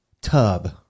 tub